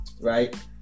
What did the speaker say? right